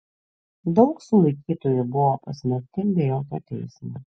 daug sulaikytųjų buvo pasmerkti be jokio teismo